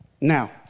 Now